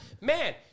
Man